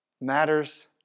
matters